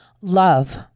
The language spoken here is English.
love